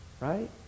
right